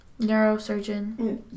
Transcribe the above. neurosurgeon